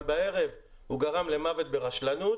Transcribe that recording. אבל בערב הוא גרם למוות ברשלנות